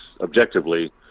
objectively